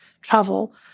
travel